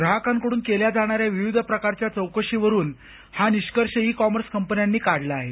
ग्राहकांकडून केल्या जाणाऱ्या विविध प्रकारच्या चौकशीवरून हा निष्कर्ष इ कॉमर्स कंपन्यांनी काढला आहे